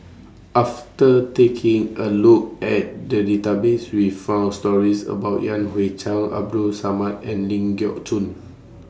after taking A Look At The Database We found stories about Yan Hui Chang Abdul Samad and Ling Geok Choon